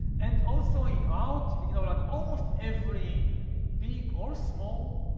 and also in art, you know like almost every big or small